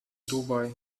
dubai